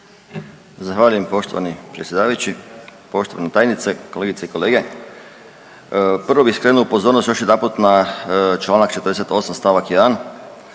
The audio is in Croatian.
Zahvaljujem. Poštovani predsjedavajući, poštovana tajnice, kolegice i kolege. Prvo bih skrenuo pozornost još jedanput na čl. 48. st. 1.